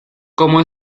como